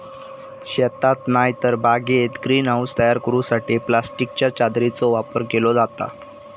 शेतात नायतर बागेत ग्रीन हाऊस तयार करूसाठी प्लास्टिकच्या चादरीचो वापर केलो जाता